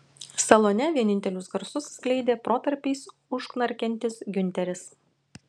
salone vienintelius garsus skleidė protarpiais užknarkiantis giunteris